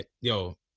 yo